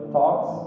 talks